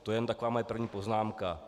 To jenom taková moje první poznámka.